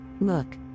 Look